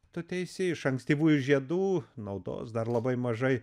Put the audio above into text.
tu teisi iš ankstyvųjų žiedų naudos dar labai mažai